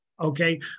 okay